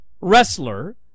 wrestler